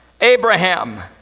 Abraham